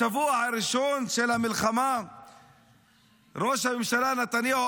בשבוע הראשון של המלחמה ראש הממשלה נתניהו